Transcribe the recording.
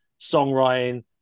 songwriting